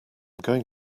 going